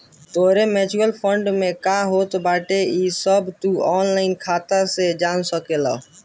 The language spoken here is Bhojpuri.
तोहरे म्यूच्यूअल फंड में का होत बाटे इ सब तू ऑनलाइन खाता से जान सकेला